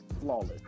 flawless